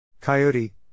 Coyote